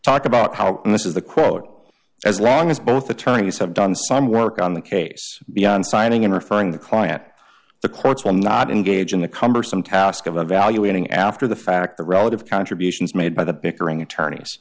talked about how and this is the quote as long as both attorneys have done some work on the case beyond signing in referring the client the courts will not engage in the cumbersome task of evaluating after the fact the relative contributions made by the bickering attorneys